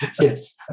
Yes